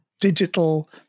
digital